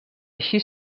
així